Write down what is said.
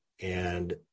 and-